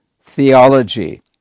theology